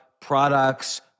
products